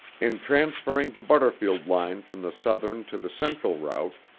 in transferring the butterfield line from the southern to the central route,